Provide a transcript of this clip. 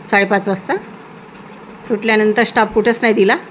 साडेपाच वाजता सुटल्यानंतर स्टाफ कुठंच नाही दिला